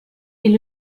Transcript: est